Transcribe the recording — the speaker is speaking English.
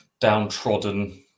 downtrodden